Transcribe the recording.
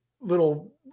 little